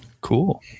Cool